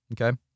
Okay